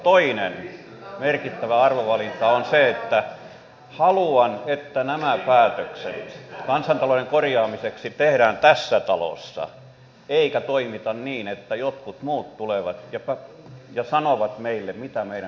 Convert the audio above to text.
toinen merkittävä arvovalinta on se että haluan että nämä päätökset kansantalouden korjaamiseksi tehdään tässä talossa eikä toimita niin että jotkut muut tulevat ja sanovat meille mitä meidän pitää tehdä